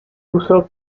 uso